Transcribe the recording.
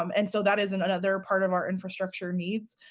um and so that is another part of our infrastructure needs,